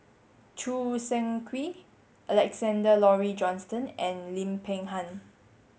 Choo Seng Quee Alexander Laurie Johnston and Lim Peng Han